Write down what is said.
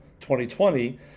2020